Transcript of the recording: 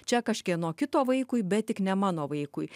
čia kažkieno kito vaikui bet tik ne mano vaikui